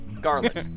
Garlic